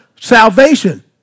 Salvation